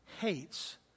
hates